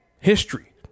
history